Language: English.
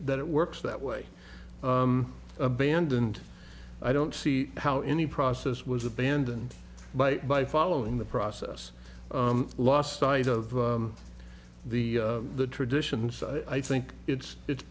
that it works that way abandoned i don't see how any process was abandoned by by following the process lost sight of the the traditions i think it's it's